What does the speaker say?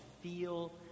feel